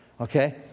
Okay